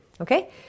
Okay